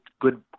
good